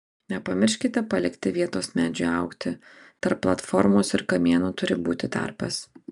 nepamirškite palikti vietos medžiui augti tarp platformos ir kamieno turi būti tarpas